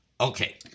Okay